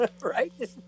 right